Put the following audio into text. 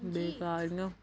बेकार इ'यां